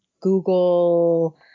Google